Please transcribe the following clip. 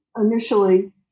Initially